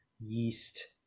yeast